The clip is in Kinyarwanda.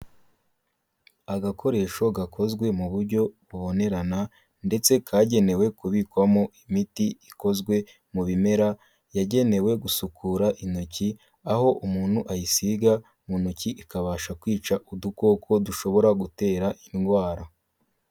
Agakoresho gakozwe mu buryo bubonerana ndetse kagenewe kubikwamo imiti ikozwe mu bimera yagenewe gusukura intoki, aho umuntu ayisiga mu ntoki ikabasha kwica udukoko dushobora gutera indwara.